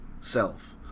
self